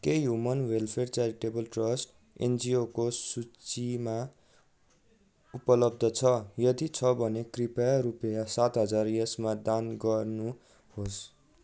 के human welfare charitable trust एनजिओको सूचीमा उपलब्ध छ यदि छ भने कृपया रुपयाँ सात हजार यसमा दान गर्नुहोस्